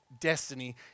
destiny